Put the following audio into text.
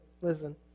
listen